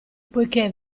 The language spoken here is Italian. poiché